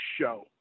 show